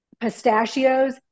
pistachios